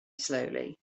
slowly